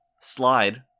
slide